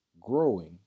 growing